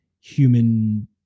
human